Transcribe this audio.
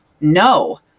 no